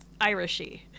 irishy